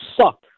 suck